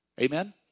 Amen